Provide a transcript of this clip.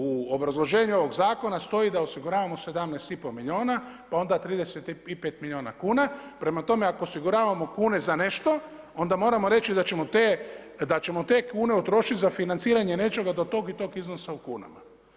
U obrazloženju ovog zakona stoji da osiguravamo 17,5 milijuna, pa onda 35 milijuna kuna, prema tome ako osiguravamo kune za nešto, onda moramo reći da ćemo te kune utrošiti za financiranje nečega do tog i tog iznosa u kunama.